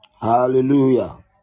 Hallelujah